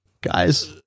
guys